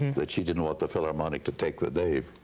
that she didn't want the philharmonic to take the name,